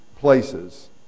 Places